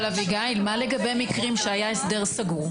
אבל מה לגבי מקרים שהיה הסדר סגור?